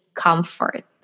comfort